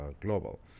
global